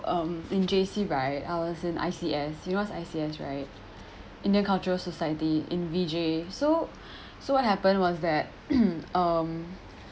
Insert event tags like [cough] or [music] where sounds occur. um in J_C right I was in I_C_S you know what's I_C_S right intercultural society in V_J so so what happened was that [noise] um